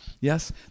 Yes